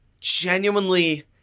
genuinely